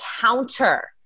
counter